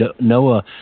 Noah